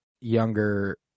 younger